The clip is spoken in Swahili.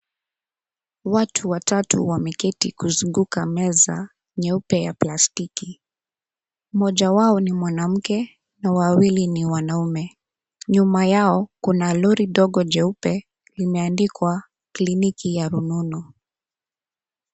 Watu watatu wameketi kuzunguka meza nyeupe ya plastiki. Mmoja wao ni mwanamke na wawilii ni wanaume. Nyuma yao kuna lori dogo jeupe. Limeandikwa kliniki ya rununu.